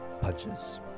punches